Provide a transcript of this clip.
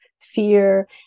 fear